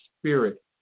spirit